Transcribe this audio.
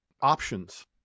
options